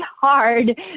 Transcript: hard